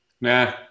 Nah